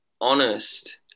honest